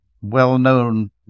well-known